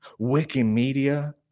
Wikimedia